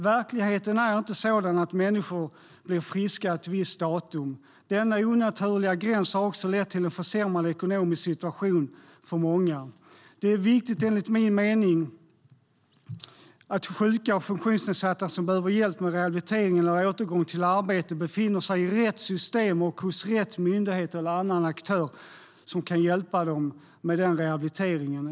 Verkligheten är inte sådan att människor blir friska ett visst datum. Denna onaturliga gräns har också lett till en försämrad ekonomisk situation för många. Det är enligt min mening viktigt att sjuka och funktionsnedsatta som behöver hjälp med rehabilitering eller återgång till arbete befinner sig i rätt system och hos rätt myndighet eller annan aktör som kan hjälpa dem med det.